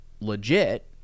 legit